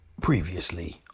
Previously